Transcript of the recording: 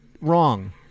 Wrong